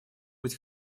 быть